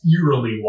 eerily